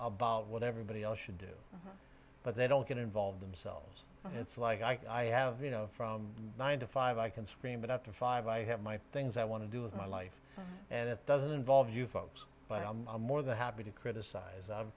about what everybody else should do but they don't get involved themselves it's like i have you know from nine to five i can scream but after five i have my things i want to do with my life and it doesn't involve you folks but i'm more than happy to criticize